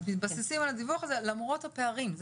מתבססים על הדיווח הזה למרות הפערים.